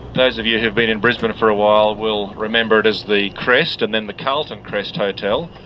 those of you who've been in brisbane for a while will remember it as the crest and then the carlton crest hotel.